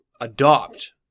adopt